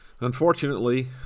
unfortunately